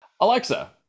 Alexa